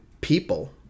people